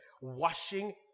washing